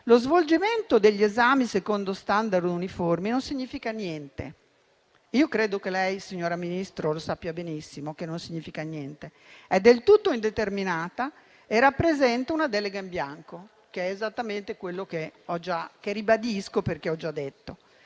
Lo svolgimento degli esami secondo *standard* uniformi non significa niente e io credo che lei, signora Ministro, sappia benissimo che non significa niente. È del tutto indeterminata e rappresenta una delega in bianco, che è esattamente quello che ho già detto.